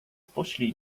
poślij